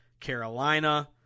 Carolina